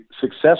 success